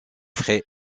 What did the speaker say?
frais